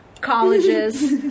colleges